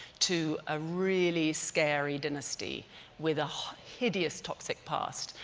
to a really scary dynasty with a hideous toxic past,